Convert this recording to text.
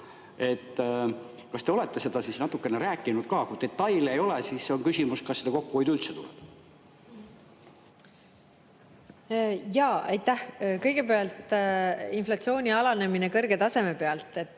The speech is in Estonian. Kas te olete sellest natukene rääkinud ka? Kui detaile ei ole, siis on küsimus, kas seda kokkuhoidu üldse tuleb. Aitäh! Kõigepealt inflatsiooni alanemise kohta kõrgelt tasemelt.